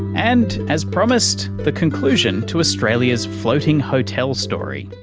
and, as promised, the conclusion to australia's floating hotel story.